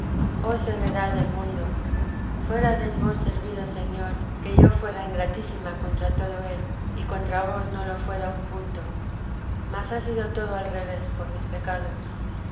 esta amistad joh ceguedad del mundo fuérades vos servido señor que yo fuera ingratísima contra todo él y contra vos no lo fuera un punto mas ha sido todo al revés por mis pecados procuré